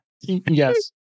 Yes